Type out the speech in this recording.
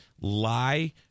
lie